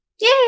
Yay